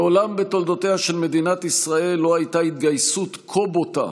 מעולם בתולדותיה של מדינת ישראל לא הייתה התגייסות כה בוטה